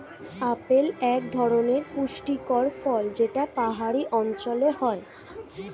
apple এক ধরনের পুষ্টিকর ফল যেটা পাহাড়ি অঞ্চলে হয়